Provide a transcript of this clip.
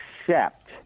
accept